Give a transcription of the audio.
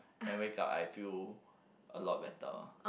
and wake up I feel a lot better